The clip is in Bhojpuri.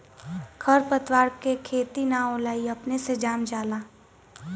खर पतवार के खेती ना होला ई अपने से जाम जाला